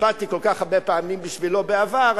והצבעתי כל כך הרבה פעמים בשבילו בעבר,